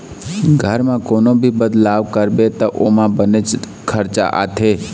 घर म कोनो भी बदलाव करबे त ओमा बनेच खरचा आथे